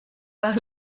par